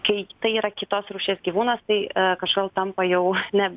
kai tai yra kitos rūšies gyvūnas tai kažkodėl tampa jau ne